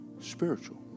spiritual